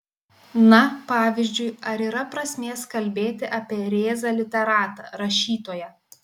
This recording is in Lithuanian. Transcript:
na pavyzdžiui ar yra prasmės kalbėti apie rėzą literatą rašytoją